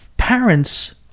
Parents